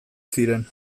ziren